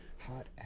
hot